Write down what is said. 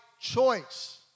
choice